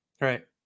Right